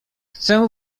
chcę